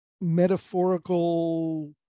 metaphorical